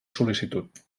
sol·licitud